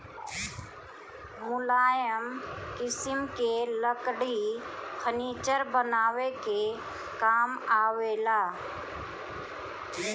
मुलायम किसिम के लकड़ी फर्नीचर बनावे के काम आवेला